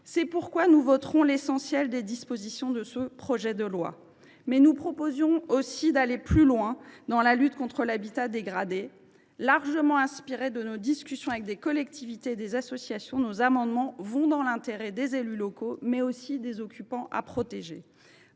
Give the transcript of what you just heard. C’est pourquoi nous voterons l’essentiel des dispositions de ce projet de loi. Mais nous proposons aussi d’aller plus loin dans la lutte contre l’habitat dégradé. Ainsi, largement inspirés de nos discussions avec des collectivités et des associations, nos amendements vont dans l’intérêt des élus locaux, mais aussi des occupants à protéger.